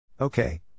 Okay